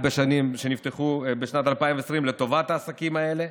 שנפתחו בשנת 2020 לטובת העסקים האלה,